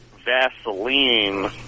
Vaseline